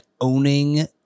owning